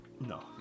No